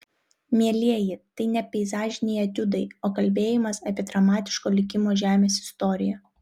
mielieji tai ne peizažiniai etiudai o kalbėjimas apie dramatiško likimo žemės istoriją